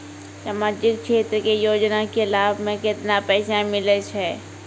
समाजिक क्षेत्र के योजना के लाभ मे केतना पैसा मिलै छै?